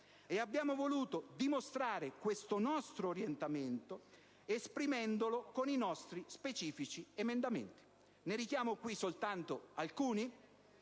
abbiamo voluto dimostrare questo nostro orientamento esprimendolo con nostri specifici emendamenti. Ne richiamo qui soltanto alcuni.